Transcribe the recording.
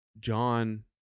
John